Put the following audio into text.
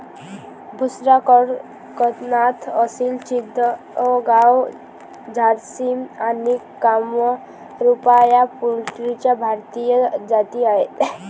बुसरा, कडकनाथ, असिल चितगाव, झारसिम आणि कामरूपा या पोल्ट्रीच्या भारतीय जाती आहेत